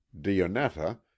Dionetta